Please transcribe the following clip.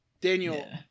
Daniel